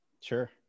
Sure